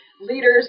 leaders